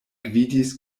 gvidis